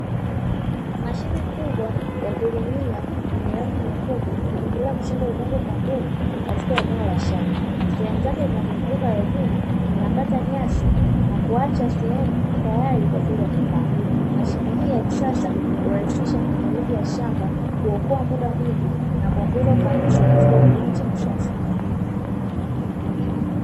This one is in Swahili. Mashine kubwa ya kulimia yenye rangi nyekundu ikiendelea kuchimba udongo kwa nguvu katika eneo la shamba, sehemu zake zinazozunguka ardhini zinakata nyasi na kuacha sehemu tayari kwa ajili ya kupanda, mashine hii ya kisasa urahisisha maandalizi ya shamba kuokoa muda mwingi na kuongeza ufanisi katika kilimo cha kisasa.